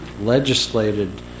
legislated